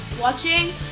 watching